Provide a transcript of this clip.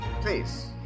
Please